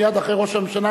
מייד אחרי ראש הממשלה,